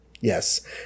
Yes